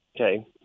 Okay